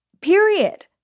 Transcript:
Period